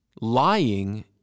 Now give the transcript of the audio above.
Lying